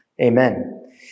Amen